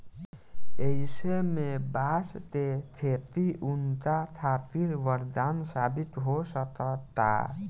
अईसे में बांस के खेती उनका खातिर वरदान साबित हो सकता